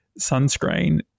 sunscreen